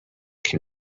can